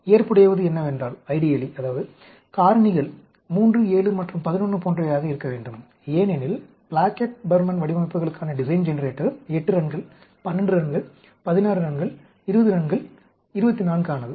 ஏற்புடையது என்னவென்றால் காரணிகள் 3 7 மற்றும் 11 போன்றவையாக இருக்கவேண்டும் ஏனெனில் பிளாக்கெட் பர்மன் வடிவமைப்புகளுக்கான டிசைன் ஜெனரேட்டர் 8 ரன்கள் 12 ரன்கள் 16 ரன்கள் 20 ரன்கள் 24 க்கானது